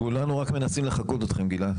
כולנו רק מנסים לחקות אתכם, גלעד.